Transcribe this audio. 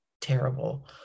terrible